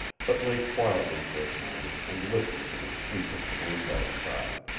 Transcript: but lay quietly for a time and listened to the sweep of the wind outside.